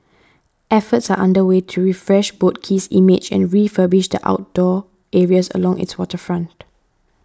efforts are under way to refresh Boat Quay's image and refurbish the outdoor areas along its waterfront